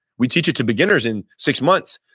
we teach it to beginners in six months,